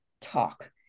talk